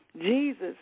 Jesus